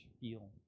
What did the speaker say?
feel